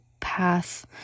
path